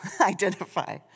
identify